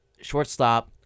shortstop